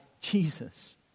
Jesus